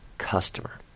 customer